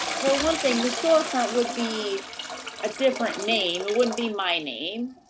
for one thing, the storefront would be a different name, it wouldn't be my name.